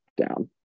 down